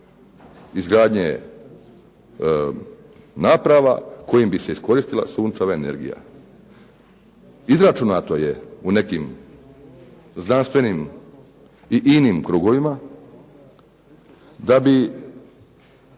izgradnje naprava kojim bi se iskoristila sunčeva energija? Izračunato je u nekim znanstvenim i inim krugovima da bi